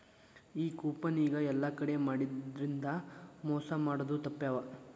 ಈ ಕೂಪನ್ ಈಗ ಯೆಲ್ಲಾ ಕಡೆ ಮಾಡಿದ್ರಿಂದಾ ಮೊಸಾ ಮಾಡೊದ್ ತಾಪ್ಪ್ಯಾವ